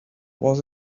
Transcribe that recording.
what